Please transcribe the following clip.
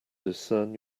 discern